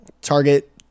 target